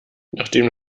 nachdem